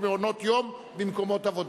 ירדה מסדר-היום.